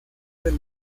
del